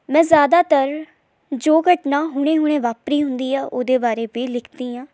ਮੈਂ ਜ਼ਿਆਦਾਤਰ ਜੋ ਘਟਨਾ ਹੁਣੇ ਹੁਣੇ ਵਾਪਰੀ ਹੁੰਦੀ ਆ ਉਹਦੇ ਬਾਰੇ ਵੀ ਲਿਖਦੀ ਹਾਂ